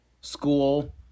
school